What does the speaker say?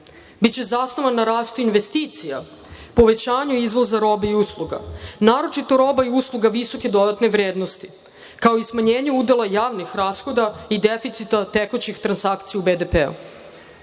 biće zasnovan na rastu investicija, povećanju izvoza robe i usluga, naročito roba i usluga visoke dodatne vrednosti, kao i smanjenju udela javnih rashoda i deficita tekućih transakcija u BDP-u.Za